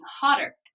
hotter